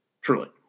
Truly